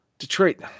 Detroit